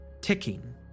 ticking